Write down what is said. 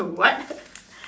what